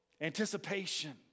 anticipation